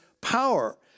power